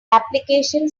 application